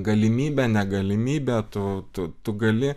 galimybė negalimybė tu tu tu gali